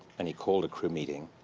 and he called a crew meeting.